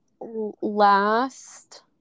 last